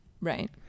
right